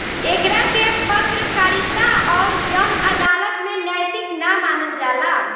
एकरा के पत्रकारिता अउर जन अदालत में नैतिक ना मानल जाला